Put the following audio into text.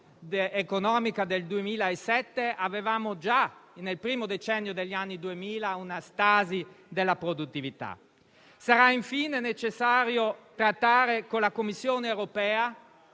economica del 2007 avevamo già - nel primo decennio degli anni Duemila - una stasi della produttività. Sarà infine necessario trattare con la Commissione europea